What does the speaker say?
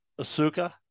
Asuka